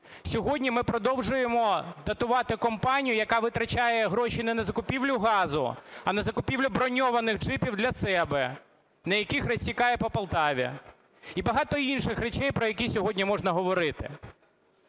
Сьогодні ми продовжуємо датувати компанію, яка витрачає гроші не на закупівлю газу, а на закупівлю броньованих джипів для себе, на яких розсікає по Полтаві. І багато інших речей, про які сьогодні можна говорити.